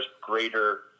greater